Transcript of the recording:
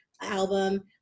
album